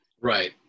Right